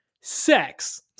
Sex